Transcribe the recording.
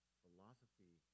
philosophy